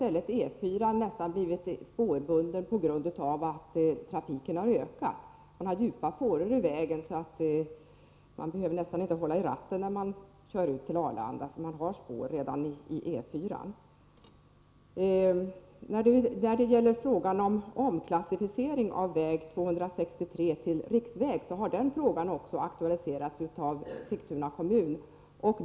Nu har E 4-an i stället blivit nästan spårbunden på grund av att trafiken har ökat — det är djupa fåror i vägen — och man behöver knappt hålla i ratten när man kör ut till Arlanda. När det gäller frågan om omklassificering av väg 263 till riksväg vill jag peka på att den frågan också har aktualiserats av Sigtuna kommun.